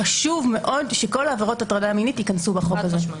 חשוב מאוד שכל עבירות הטרדה מינית ייכנסו תחת החוק הזה.